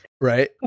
right